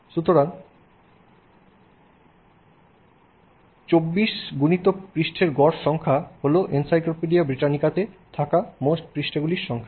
সুতরাং 24×পৃষ্ঠার গড় পৃষ্ঠার সংখ্যা হল এনসাইক্লোপিডিয়া ব্রিটানিকাতে থাকা মোট পৃষ্ঠাগুলির সংখ্যা